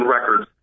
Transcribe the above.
records